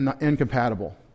incompatible